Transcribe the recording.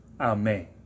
Amen